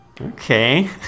Okay